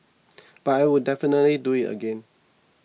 but I would definitely do it again